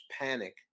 panic